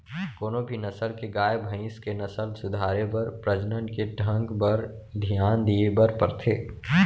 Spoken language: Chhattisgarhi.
कोनों भी नसल के गाय, भईंस के नसल सुधारे बर प्रजनन के ढंग बर धियान दिये बर परथे